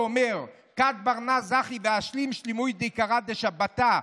שאומר: "כד בר נש זכי ואשלים שלימו דיקרא דשבתא,